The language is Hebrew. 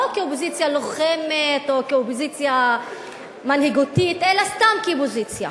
לא כאופוזיציה לוחמת או כאופוזיציה מנהיגותית אלא סתם כאופוזיציה.